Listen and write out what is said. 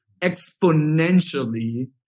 exponentially